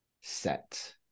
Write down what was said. set